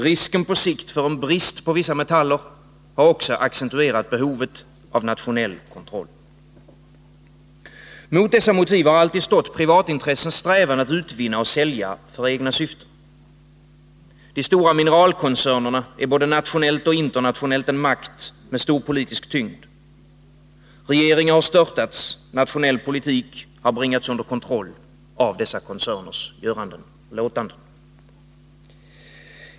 Risken på sikt för en brist på vissa metaller har också accentuerat behov av nationell kontroll. Mot dessa motiv har alltid stått privatintressens strävan att utvinna och sälja för egna syften. De stora mineralkoncernerna är både nationellt och internationellt en makt med stor politisk tyngd. Regeringar har störtats och nationell politik har bringats under kontroll av dessa koncerners göranden och låtanden.